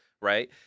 Right